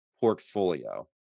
portfolio